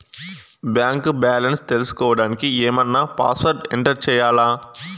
Bank balance తెలుసుకోవడానికి ఏమన్నా password enter చేయాలా?